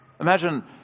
Imagine